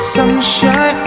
Sunshine